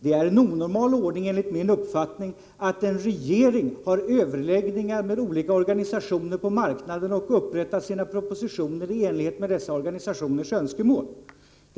Det är enligt min uppfattning en onormal ordning att en regering har överläggningar med olika organisationer på marknaden och upprättar sina propositioner i enlighet med dessa organisationers önskemål.